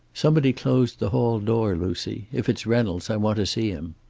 somebody closed the hall door, lucy. if it's reynolds, i want to see him.